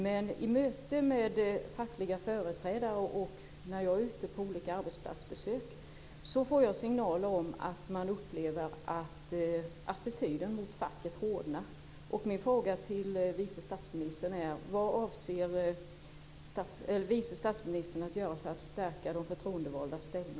Men i möte med fackliga företrädare på mina arbetsplatsbesök får jag signaler om att man upplever att attityden mot facket hårdnar. Min fråga till vice statsministern är: Vad avser vice statsministern att göra för att stärka de förtroendevaldas ställning?